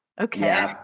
Okay